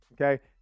Okay